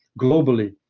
globally